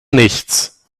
nichts